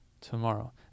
tomorrow